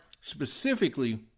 specifically